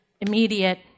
immediate